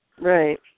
Right